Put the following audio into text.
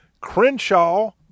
Crenshaw